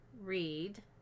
read